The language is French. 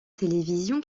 télévision